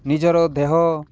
ନିଜର ଦେହ